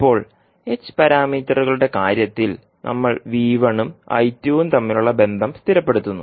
ഇപ്പോൾ h പാരാമീറ്ററുകളുടെ കാര്യത്തിൽ നമ്മൾ ഉം ഉം തമ്മിലുള്ള ബന്ധം സ്ഥിരപ്പെടുത്തുന്നു